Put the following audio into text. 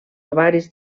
ovaris